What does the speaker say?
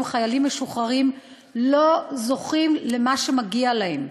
חיילים משוחררים לא זוכים למה שמגיע להם.